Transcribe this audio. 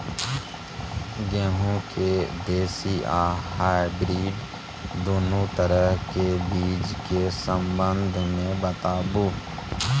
गेहूँ के देसी आ हाइब्रिड दुनू तरह के बीज के संबंध मे बताबू?